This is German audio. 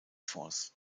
force